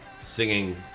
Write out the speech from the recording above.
singing